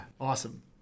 Awesome